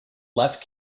left